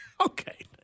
Okay